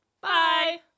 Bye